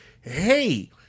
hey